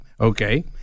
okay